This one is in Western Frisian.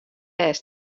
lês